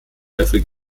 löffel